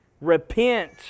Repent